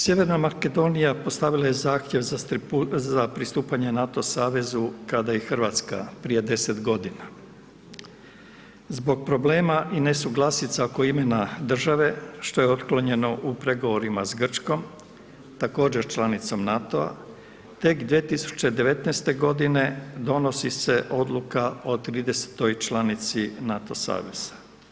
Sjeverna Makedonija postavila je zahtjev za pristupanje NATO savezu kada i RH, prije 10.g. Zbog problema i nesuglasica oko imena države što je otklonjeno u pregovorima s Grčkom, također članicom NATO-a, tek 2019.g. donosi se odluka o 30.-toj članici NATO saveza.